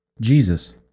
Jesus